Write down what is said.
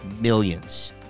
millions